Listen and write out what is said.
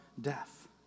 death